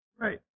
Right